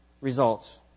results